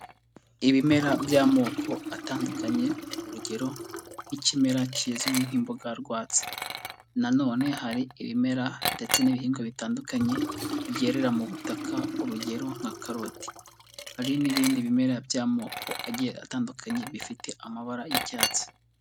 Ibimera by'amoko atandukanye urugero nk'ikimera kizwi nk'imboga rwatsi na none hari ibimera ndetse n'ibihingwa bitandukanye byerera mu butaka urugero nka karoti, hari n'ibindi bimera by'amoko agiye atandukanye bifite amabara y'icyatsi.